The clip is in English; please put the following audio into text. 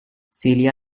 celia